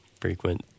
frequent